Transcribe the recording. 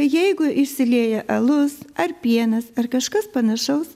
jeigu išsilieja alus ar pienas ar kažkas panašaus